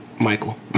Michael